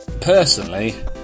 personally